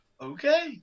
Okay